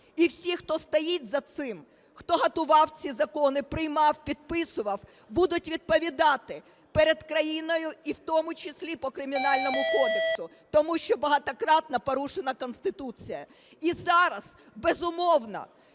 і всі, хто стоїть за цим, хто готував ці закони, приймав, підписував, будуть відповідати перед країною, і в тому числі по Кримінальному кодексу, тому що багатократно порушена Конституція. І зараз, безумовно,